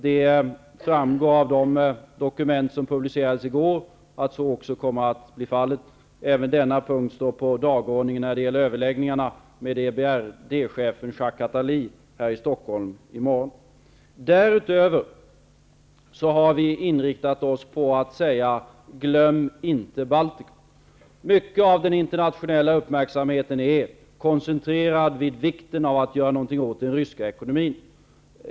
Det framgår även av dokument som publicerades i går att så kommer att bli fallet. Denna punkt står dessutom på dagordningen för överläggningarna med EBRD chefen Jacques Attali här i Stockholm i morgon. Vi har därutöver inriktat oss på budskapet att man inte skall glömma Baltikum. Mycket av den internationella uppmärksamheten är koncentrerad till vikten av att göra någonting åt den ryska ekonomin.